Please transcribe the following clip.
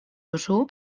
duzu